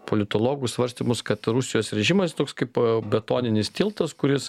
politologų svarstymus kad rusijos režimas toks kaip betoninis tiltas kuris